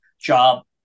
job